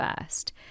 first